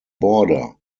border